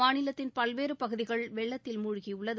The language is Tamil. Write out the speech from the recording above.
மாநிலத்தின் பல்வேறு பகுதிகள் வெள்ளத்தில் மூழ்கியுள்ளது